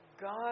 God